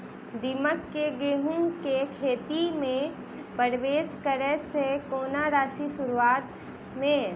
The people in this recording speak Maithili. दीमक केँ गेंहूँ केँ खेती मे परवेश करै सँ केना रोकि शुरुआत में?